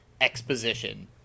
exposition